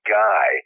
guy